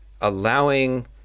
allowing